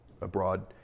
abroad